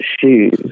shoes